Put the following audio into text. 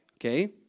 okay